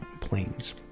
planes